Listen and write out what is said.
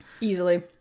Easily